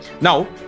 Now